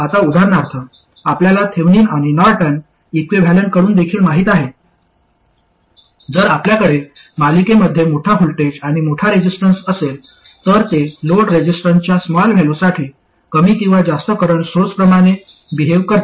आता उदाहरणार्थ आपल्याला थेवेनिन आणि नॉर्टन इक्विव्हॅलेंटकडून देखील माहित आहे जर आपल्याकडे मालिकेमध्ये मोठा व्होल्टेज आणि मोठा रेसिस्टन्स असेल तर ते लोड रेसिस्टन्सच्या स्मॉल व्हॅलूसाठी कमी किंवा जास्त करंट सोर्सप्रमाणे बिहेव्ह करते